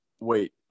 wait